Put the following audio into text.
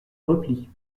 repli